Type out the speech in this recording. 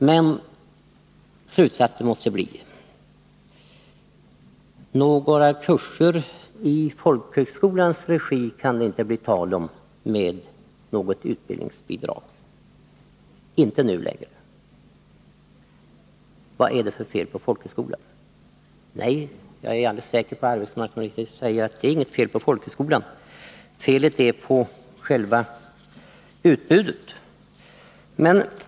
Men slutsatsen måste ändå bli att det inte kan bli tal om några kurser med utbildningsbidrag i folkhögskolans regi — inte nu längre. Vad är det för fel på folkhögskolan? Jag är alldeles säker på att arbetsmarknadsministern svarar att det inte är något fel på folkhögskolan. Det är fel på själva utbudet.